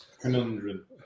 conundrum